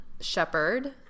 shepherd